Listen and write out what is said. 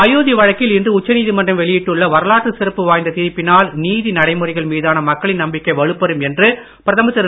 அயோத்தி வழக்கில் இன்று உச்ச நீதிமன்றம் வெளியிட்டுள்ள வரலாற்று சிறப்பு வாய்ந்த தீர்ப்பினால் நீதி நடைமுறைகள் மீதான மக்களின் நம்பிக்கை வலுப்பெறும் என்று பிரதமர் திரு